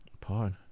pod